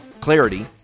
Clarity